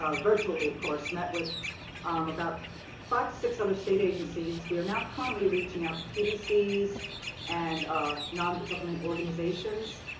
ah virtually, of course, met with about five to six other state agencies. we are now currently reaching out to pdcs and ah non government organizations.